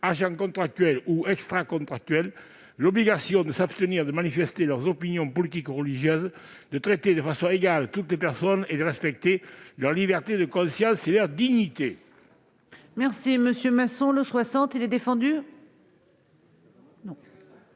agents contractuels ou extracontractuels, l'obligation de s'abstenir de manifester ses opinions politiques ou religieuses, de traiter de façon égale toutes les personnes et de respecter leur liberté de conscience et leur dignité. L'amendement n° 60 rectifié,